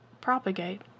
propagate